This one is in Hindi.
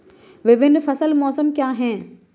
विभिन्न फसल मौसम क्या हैं?